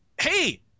hey